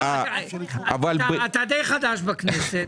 חנוך, אתה די חדש בכנסת